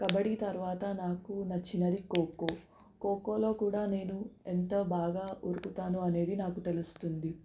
కబడి తరువాత నాకు నచ్చినది ఖోఖో ఖోఖోలో కూడా నేను ఎంత బాగా ఉరుకుతాను అనేది నాకు తెలుస్తుంది